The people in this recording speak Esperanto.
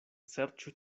serĉu